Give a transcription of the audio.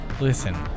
Listen